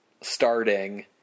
starting